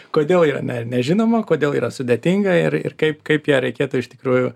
kodėl yra ne nežinoma kodėl yra sudėtinga ir ir kaip kaip ją reikėtų iš tikrųjų